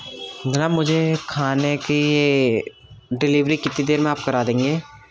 جناب مجھے کھانے کی ڈلیوری کتی دیر میں آپ کرا دیں گے